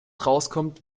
rauskommt